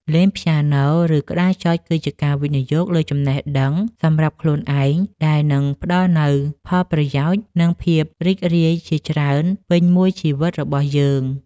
លេងព្យ៉ាណូ ឬក្តារចុចគឺជាការវិនិយោគលើចំណេះដឹងសម្រាប់ខ្លួនឯងដែលនឹងផ្ដល់នូវផលប្រយោជន៍ និងភាពរីករាយជាច្រើនពេញមួយជីវិតរបស់យើង។